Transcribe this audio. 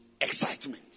Excitement